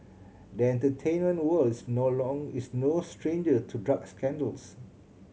the entertainment world is no long is no stranger to drug scandals